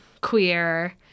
queer